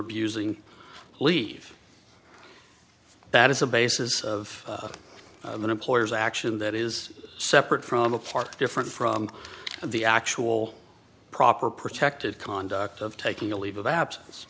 abusing leave that is the basis of an employer's action that is separate from a part different from the actual proper protective conduct of taking a leave of absence